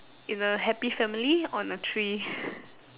in a happy family on a tree